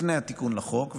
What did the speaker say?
לפני התיקון לחוק,